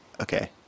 okay